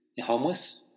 Homeless